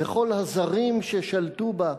וכל הזרים ששלטו בה,